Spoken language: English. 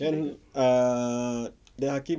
then ah then hakim